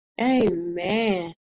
Amen